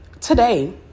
today